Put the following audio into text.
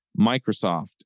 Microsoft